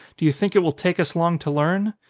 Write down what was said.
do you think it will take us long to learn?